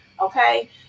okay